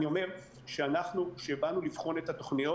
אני אומר שכאשר באנו לבחון את התוכניות,